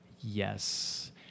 Yes